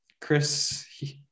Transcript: Chris